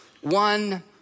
one